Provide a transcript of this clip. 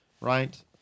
right